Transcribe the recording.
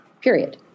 period